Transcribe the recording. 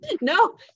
No